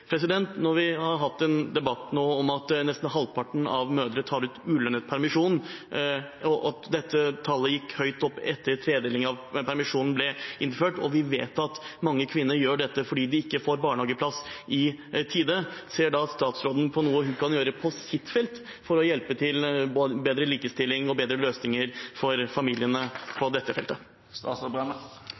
Når vi har hatt en debatt nå om at nesten halvparten av mødrene tar ut ulønnet permisjon, og at dette tallet gikk høyt opp etter at tredelingen av permisjonen ble innført, og vi vet at mange kvinner gjør dette fordi de ikke får barnehageplass i tide: Ser da statsråden på noe hun kan gjøre på sitt felt for å hjelpe til bedre likestilling og bedre løsninger for familiene på dette feltet?